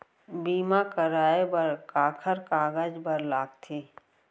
बीमा कराय बर काखर कागज बर लगथे?